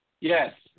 Yes